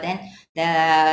then the